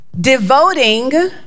devoting